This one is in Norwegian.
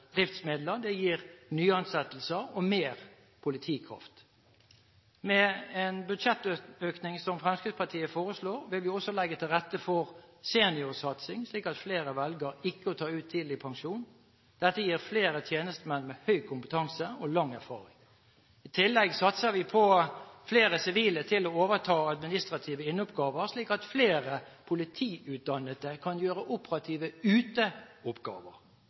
driftsmidler. Det gir nyansettelser og mer politikraft. Den budsjettøkningen som Fremskrittspartiet foreslår, vil også legge til rette for en seniorsatsing, slik at flere velger ikke å ta ut tidligpensjon. Dette gir flere tjenestemenn med høy kompetanse og lang erfaring. I tillegg satser vi på flere sivile til å overta administrative inneoppgaver, slik at flere politiutdannede kan gjøre operative